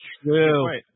true